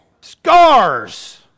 Scars